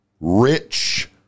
rich